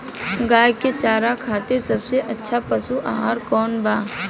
गाय के चारा खातिर सबसे अच्छा पशु आहार कौन बा?